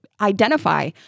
identify